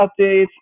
updates